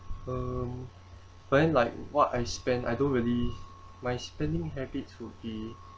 um I mean like what I spend I don't really my spending habits would be